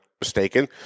mistaken